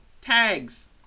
tags